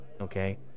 okay